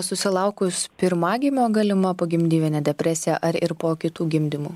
susilaukus pirmagimio galima pogimdyvinę depresija ar ir po kitų gimdymų